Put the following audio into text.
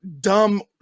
dumb